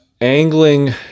angling